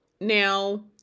Now